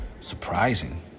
surprising